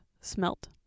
smelt